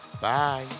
Bye